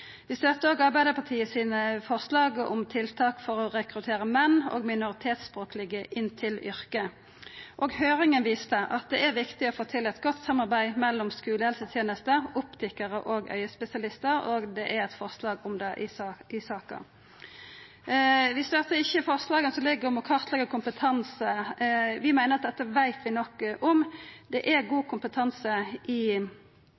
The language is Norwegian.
Vi støttar òg Arbeidarpartiet sitt forslag om tiltak for å rekruttera menn og minoritetsspråklege til yrket som sjukepleiar. Høyringa viste at det er viktig å få til eit godt samarbeid mellom skulehelseteneste, optikarar og augespesialistar, og det er eit forslag om det i saka. Vi støttar ikkje forslaget om å kartleggja kompetanse. Vi meiner at dette veit vi nok om. Det er god kompetanse i